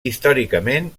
històricament